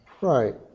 right